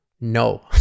no